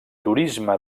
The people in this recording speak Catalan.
turisme